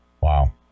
Wow